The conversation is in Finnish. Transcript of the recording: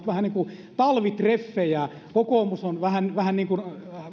vähän niin kuin talvitreffejä kokoomus on vähän vähän niin